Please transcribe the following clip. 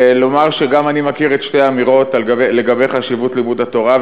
ולומר שגם אני מכיר את שתי האמירות לגבי חשיבות לימוד התורה,